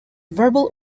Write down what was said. verbal